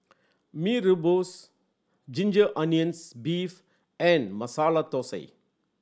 Mee Rebus ginger onions beef and Masala Thosai